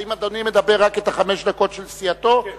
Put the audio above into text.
האם אדוני מדבר רק בחמש הדקות של סיעתו, כן.